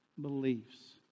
beliefs